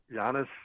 Giannis